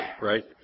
right